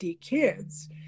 kids